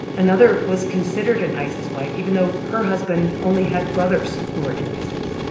another was considered an isis wife even though her husband only had brothers who were in isis.